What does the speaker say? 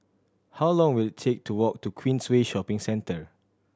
how long will it take to walk to Queensway Shopping Centre